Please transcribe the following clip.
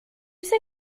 sais